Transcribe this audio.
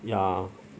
ya